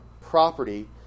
property